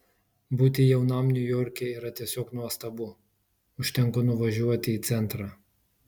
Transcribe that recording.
būti jaunam niujorke yra tiesiog nuostabu užtenka nuvažiuoti į centrą